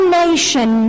nation